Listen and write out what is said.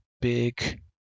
big